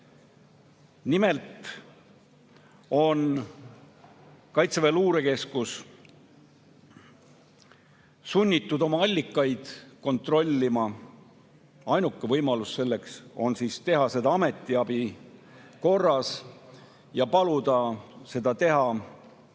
Nimelt on Kaitseväe Luurekeskus sunnitud oma allikaid kontrollima ja ainuke võimalus selleks on teha seda ametiabi korras ja paluda seda teha